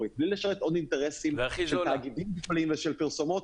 בלי לשרת עוד אינטרסים של תאגידים ושל פרסומות,